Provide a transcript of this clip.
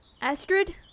Astrid